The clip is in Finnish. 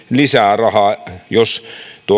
lisää rahaa jos